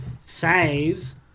Saves